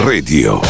Radio